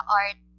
art